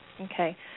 Okay